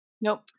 Nope